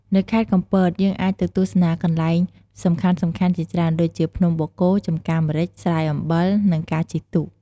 នៅខេត្តកំពត យើងអាចទៅទស្សនាកន្លែងសំខាន់ៗជាច្រើនដូចជា ភ្នំបូកគោ ចម្ការម្រេច ស្រែអំបិល និងការជិះទូក។